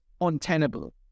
untenable